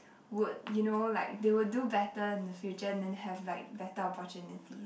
would you know like they would do better in the future then have like better opportunities